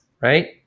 right